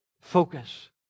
focus